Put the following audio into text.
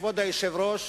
כבוד היושב-ראש,